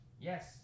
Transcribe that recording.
Yes